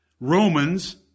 Romans